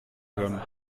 kann